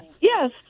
Yes